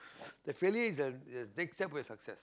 the failure is uh the next step to success